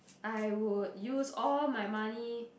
I would use all my money